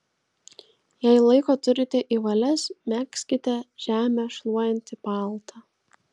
jei laiko turite į valias megzkite žemę šluojantį paltą